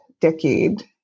decade